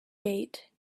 gate